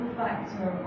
factor